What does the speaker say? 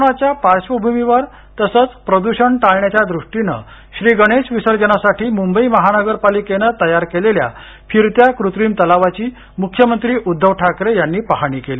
कोरोनाच्या पार्श्वभूमीवर तसंच प्रदूषण टाळण्याच्या द्रष्टीनं श्रीगणेश विसर्जनासाठी मुंबई महानगरपालिकेनं तयार केलेल्या फिरत्या क्रिम तलावाची मुख्यमंत्री उद्धव ठाकरे यांनी पाहणी केली